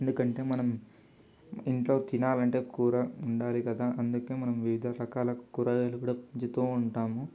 ఎందుకంటే మనం ఇంట్లో తినాలంటే కూర ఉండాలి కదా అందుకే మనం వివిధ రకాల కూరగాయలు కూడా పెంచుతూ ఉంటాము